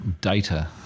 data